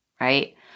right